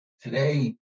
today